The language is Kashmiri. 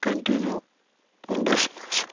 کَنٹِنیوٗ بَسہِ منٛز